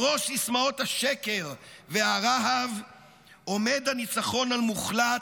בראש סיסמאות השקר והרהב עומד הניצחון המוחלט,